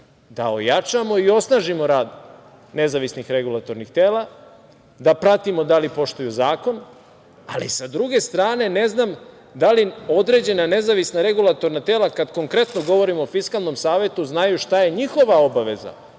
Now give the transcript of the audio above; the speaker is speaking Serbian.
da ojačamo i osnažimo rad nezavisnih regulatornih tela, da pratimo da li poštuju zakon. Ali, sa druge strane, ne znam da li određena nezavisna regulatorna tela, kada konkretno govorim o Fiskalnom savetu, znaju šta je njihova obaveza